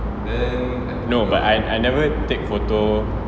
no but I never take photo